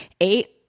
Eight